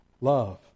love